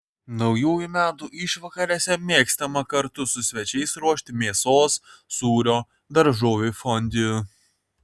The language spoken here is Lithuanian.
naujųjų metų išvakarėse mėgstama kartu su svečiais ruošti mėsos sūrio daržovių fondiu